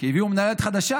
כי הביאו מנהלת חדשה,